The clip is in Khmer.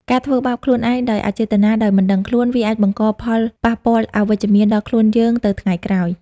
ការធ្វើបាបខ្លួនឯងដោយអចេតនា ដោយមិនដឹងខ្លួន វាអាចបង្កផលប៉ះពាល់អវិជ្ជមានដល់ខ្លួនយើងទៅថ្ងៃក្រោយ។